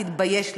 תתבייש לך.